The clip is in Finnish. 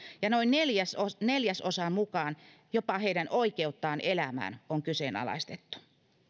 ja noin neljäsosan neljäsosan mukaan jopa heidän oikeuttaan elämään on kyseenalaistettu